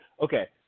okay